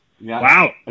Wow